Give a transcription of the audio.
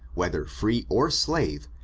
whether free or slave,